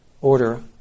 order